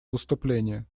выступление